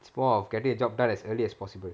it's more of getting the job done as early as possible